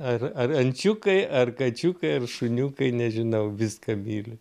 ar ar ančiukai ar kačiukai ar šuniukai nežinau viską myliu